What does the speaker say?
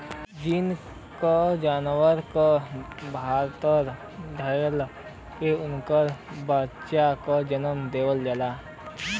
gene के जानवर के भीतर डाल के उनकर बच्चा के जनम देवल जाला